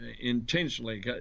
intentionally